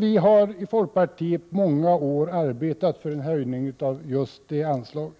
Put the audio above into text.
Vi har i folkpartiet i många år arbetat för en höjning av just det anslaget.